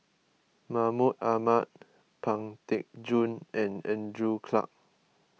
Mahmud Ahmad Pang Teck Joon and Andrew Clarke